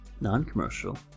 non-commercial